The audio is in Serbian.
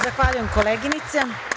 Zahvaljujem, koleginice.